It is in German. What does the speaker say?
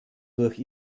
durch